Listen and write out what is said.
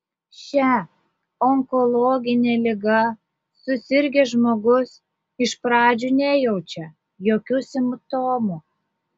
šia onkologine liga susirgęs žmogus iš pradžių nejaučia jokių simptomų